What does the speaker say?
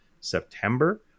September